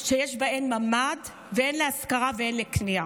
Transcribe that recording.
שיש בהן ממ"ד, הן להשכרה והן לקנייה.